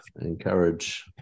encourage